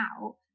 out